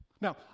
Now